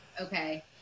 okay